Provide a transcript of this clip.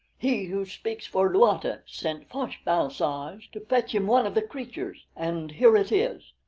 he who speaks for luata sent fosh-bal-soj to fetch him one of the creatures, and here it is.